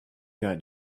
got